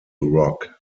rock